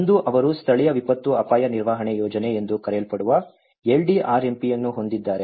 ಒಂದು ಅವರು ಸ್ಥಳೀಯ ವಿಪತ್ತು ಅಪಾಯ ನಿರ್ವಹಣೆ ಯೋಜನೆ ಎಂದು ಕರೆಯಲ್ಪಡುವ LDRMP ಅನ್ನು ಹೊಂದಿದ್ದಾರೆ